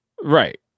right